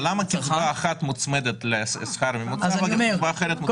אבל למה קצבה אחת מוצמדת לשכר הממוצע ושכר אחר למדד המחירים?